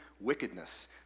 wickedness